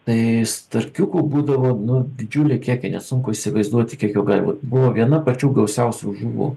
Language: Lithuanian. tai starkiukų būdavo nu didžiuliai kiekiai nesunku įsivaizduoti kiek jų gali būt buvo viena pačių gausiausių žuvų